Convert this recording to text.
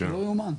לא יאומן,